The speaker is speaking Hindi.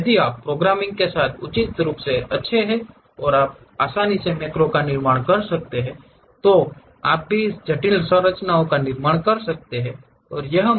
यदि आप प्रोग्रामिंग के साथ उचित रूप से अच्छे हैं और आप आसानी से मैक्रोज़ का निर्माण कर सकते हैं तो आप भी निर्माण कर सकते हैं जटिल संरचनाएं